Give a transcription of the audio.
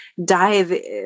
dive